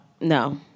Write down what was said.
No